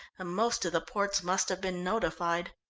and most of the ports must have been notified.